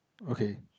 okay